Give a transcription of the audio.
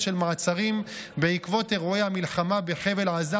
של מעצרים בעקבות אירועי המלחמה בחבל עזה,